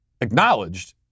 Acknowledged